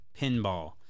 Pinball